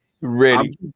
ready